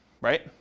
right